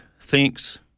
thinks